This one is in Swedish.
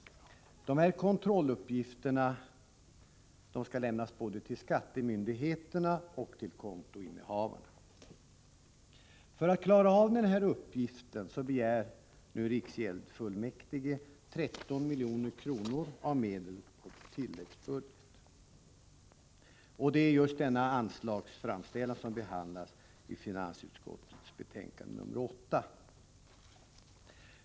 Dessa kontrolluppgifter skall lämnas både till skattemyndigheterna och till kontoinnehavarna. För att klara av dessa arbetsuppgifter begär nu riksgäldsfullmäktige 13 milj.kr. av medel på tilläggsbudget. Det är denna anslagsframställan som behandlas i finansutskottets betänkande nr 8.